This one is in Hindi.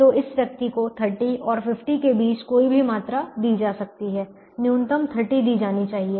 तो इस व्यक्ति को 30 और 50 के बीच कोई भी मात्रा दी जा सकती है न्यूनतम 30 दी जानी चाहिए